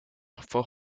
for